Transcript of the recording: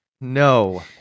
No